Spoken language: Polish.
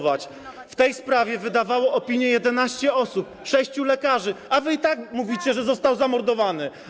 W tej sprawie opinię wydawało 11 osób, sześciu lekarzy, a wy i tak mówicie, że został zamordowany.